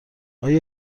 آیا